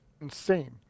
insane